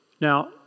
Now